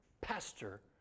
pastor